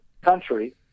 country